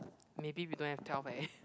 maybe we don't have twelve eh